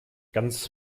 ganz